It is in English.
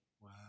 Wow